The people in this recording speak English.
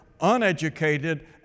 uneducated